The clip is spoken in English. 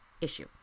issue